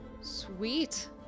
Sweet